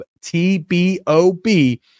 t-b-o-b